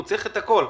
הוא צריך את הכול.